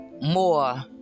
more